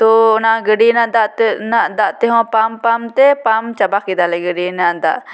ᱛᱚ ᱚᱱᱟ ᱜᱟᱹᱰᱭᱟᱹ ᱨᱮᱱᱟᱜ ᱫᱟᱜ ᱛᱮ ᱚᱱᱟ ᱫᱟᱜ ᱛᱮᱦᱚᱸ ᱯᱟᱢ ᱯᱟᱢ ᱛᱮ ᱯᱟᱢ ᱪᱟᱵᱟ ᱠᱮᱫᱟ ᱞᱮ ᱜᱟᱹᱰᱭᱟᱹ ᱨᱮᱱᱟᱜ ᱫᱟᱜ